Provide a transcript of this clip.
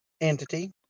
entity